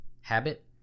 habit